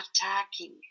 attacking